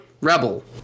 rebel